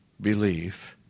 belief